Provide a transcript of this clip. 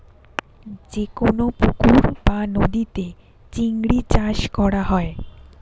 যে কোন পুকুর বা নদীতে চিংড়ি চাষ করা হয়